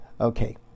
Okay